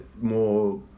more